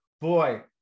Boy